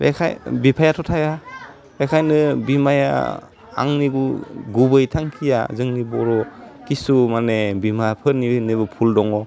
बेखाय बिफायाथ' थाया बेखायनो बिमाया आंनि गु गुबै थांखिया जोंनि बर' खिसुमाने बिमाफोरनिनो भुल दङ